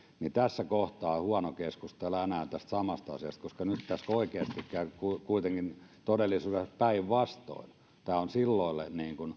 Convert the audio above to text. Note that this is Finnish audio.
niin tässä kohtaa on huono keskustella enää tästä samasta asiasta koska nyt tässä oikeasti käy kuitenkin todellisuudessa päinvastoin tämä on silloille